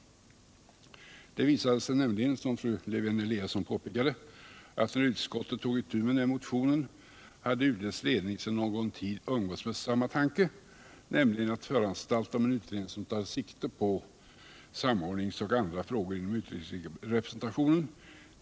Det visade sig, som fru Lewén-Eliasson påpekade, att när utskottet tog itu med den här motionen hade UD:s ledning sedan någon tid umgåtts med samma tanke, nämligen att föranstalta om en utredning som särskilt tar sikte på samordningsoch andra frågor inom utrikesrepresentationen.